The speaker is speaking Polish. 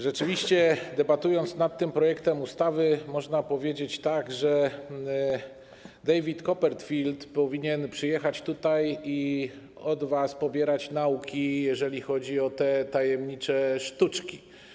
Rzeczywiście debatując nad tym projektem ustawy, można powiedzieć tak: David Copperfield powinien przyjechać tutaj i od was pobierać nauki, jeżeli chodzi o tajemnicze sztuczki.